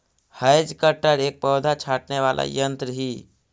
hedge cutter एक पौधा छाँटने वाला यन्त्र ही